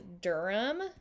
Durham